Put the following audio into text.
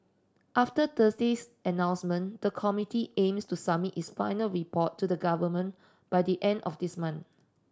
after Thursday's announcement the committee aims to submit its final report to the Government by the end of this month